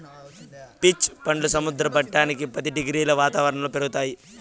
peach పండ్లు సముద్ర మట్టానికి పది డిగ్రీల వాతావరణంలో పెరుగుతాయి